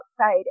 outside